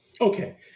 Okay